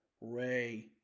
Ray